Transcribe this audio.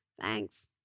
thanks